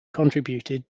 contributed